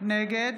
נגד